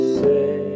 say